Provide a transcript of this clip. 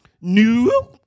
New